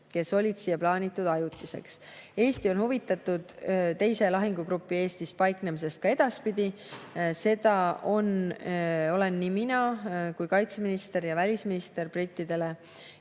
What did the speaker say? kes olidki plaanitud siia tulema ajutiseks. Eesti on huvitatud teise lahingugrupi Eestis paiknemisest ka edaspidi. Seda olen mina ning on ka kaitseminister ja välisminister brittidele